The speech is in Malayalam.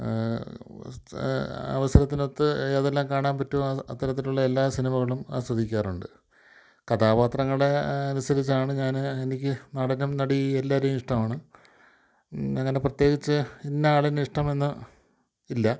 അവസരത്തിനൊത്ത് ഏതെല്ലാം കാണാൻ പറ്റുമോ അത്തരത്തിലുള്ള എല്ലാ സിനിമകളും ആസ്വദിക്കാറുണ്ട് കഥാപാത്രങ്ങളുടെ അനുസരിച്ചാണ് ഞാൻ എനിക്ക് നടനും നടിയും എല്ലാവരേയും ഇഷ്ടമാണ് അങ്ങനെ പ്രത്യേകിച്ച് ഇന്ന ആളിനെ ഇഷ്ടമെന്ന് ഇല്ല